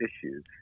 issues